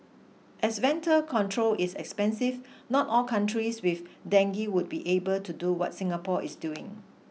as ventor control is expensive not all countries with dengue would be able to do what Singapore is doing